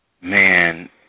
Man